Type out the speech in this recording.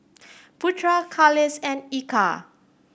Putra Khalish and Eka